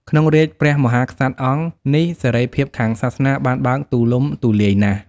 ក្នុងរាជ្យព្រះមហាក្សត្រអង្គ នេះ សេរីភាពខាងសាសនាបានបើកទូលំទូលាយណាស់។